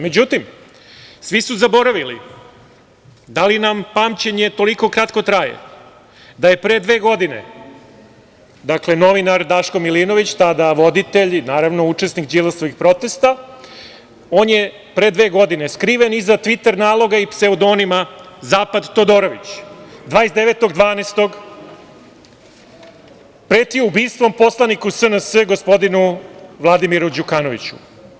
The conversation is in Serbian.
Međutim, svi su zaboravili, da li nam pamćenje toliko kratko traje, da je pre dve godine novinar Daško Milinović, tada voditelj i učesnik Đilasovih protesta, skriven iza Tviter naloga i pseudonima „Zapad Todorović“ 29.12. pretio ubistvom poslaniku SNS gospodinu Vladimiru Đukanoviću.